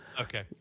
Okay